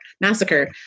massacre